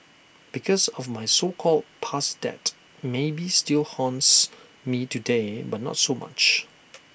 because of my so called past debt maybe still haunts me today but not so much